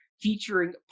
featuring